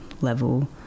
level